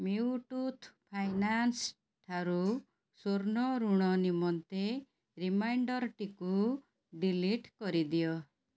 Muthoot finance ଠାରୁ ସ୍ଵର୍ଣ୍ଣ ଋଣ ନିମନ୍ତେ ରିମାଇଣ୍ଡର୍ଟିକୁ ଡିଲିଟ୍ କରିଦିଅ